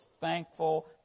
thankful